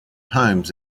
homes